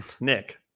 Nick